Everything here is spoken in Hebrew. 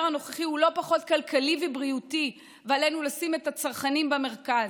הנוכחי הוא לא פחות כלכלי מבריאותי ועלינו לשים את הצרכנים במרכז.